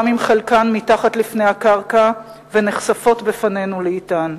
גם אם חלקן מתחת לפני הקרקע ונחשפות בפנינו לאטן.